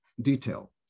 detail